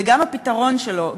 וגם הפתרון שלו,